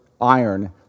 iron